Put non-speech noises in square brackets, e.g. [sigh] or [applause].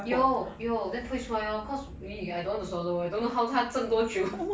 有有 then [noise] 出来 lor cause !ee! I don't want to swallow I don't know how 他蒸多久